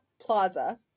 Plaza